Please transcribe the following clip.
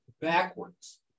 backwards